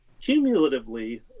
cumulatively